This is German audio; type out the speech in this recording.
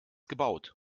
gebaut